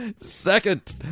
Second